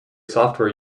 software